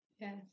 yes